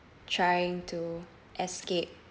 trying to escape